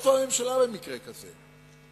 איפה הממשלה במקרה כזה?